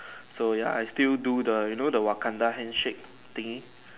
so ya I still do the you know the Wakanda hand shake thingy